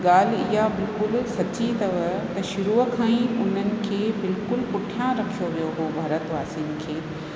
ॻाल्हि इहा बि पूरी सची अथव ऐं शुरूअ खां ई उन्हनि खे बिल्कुलु पुठिया रखियो वियो हुओ भारत वासियुनि खे